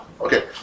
Okay